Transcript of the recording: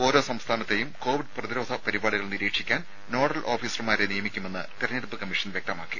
ഓരോ സംസ്ഥാനത്തെയും കോവിഡ് പ്രതിരോധ പരിപാടികൾ നിരീക്ഷിക്കാൻ നോഡൽ ഓഫീസർമാരെയും നിയമിക്കുമെന്ന് തെരഞ്ഞെടുപ്പ് കമ്മീഷൻ വ്യക്തമാക്കി